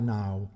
now